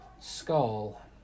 Skull